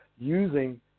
using